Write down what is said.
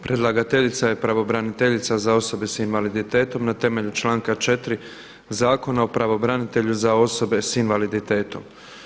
Predlagateljica je pravobraniteljica za osobe s invaliditetom na temelju članka 4. Zakona o pravobranitelju za osobe s invaliditetom.